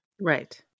Right